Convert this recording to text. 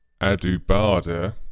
Adubada